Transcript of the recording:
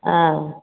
हँ